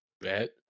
bet